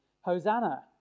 Hosanna